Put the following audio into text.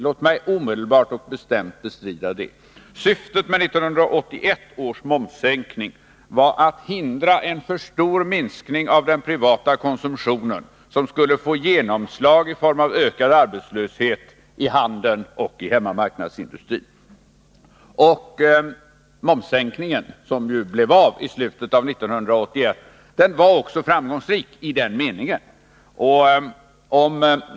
Låt mig omedelbart och bestämt bestrida det. Syftet med 1981 års momssänkning var att hindra en för stor minskning av den privata konsumtionen, som skulle få genomslag i form av ökad arbetslöshet i handeln och hemmamarknadsindustrin. Den momssänkning som genomfördes var också framgångsrik i den meningen.